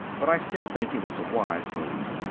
but i still think it was a wise move.